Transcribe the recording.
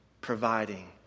Providing